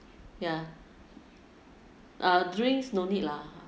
ya uh drinks no need lah